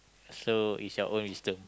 so is your own wisdom